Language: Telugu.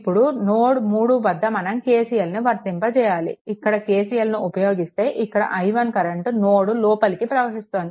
ఇప్పుడు నోడ్ 3 వద్ద మనం KCLను వర్తింప చేయాలి ఇక్కడ KCLను ఉపయోగిస్తే ఇక్కడ i1 కరెంట్ నోడ్ లోపలికి ప్రవహిస్తోంది